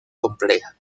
compleja